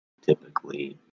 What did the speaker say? typically